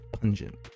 pungent